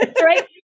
right